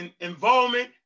involvement